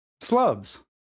Slubs